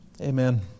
Amen